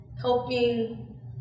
helping